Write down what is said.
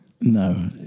No